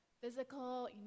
physical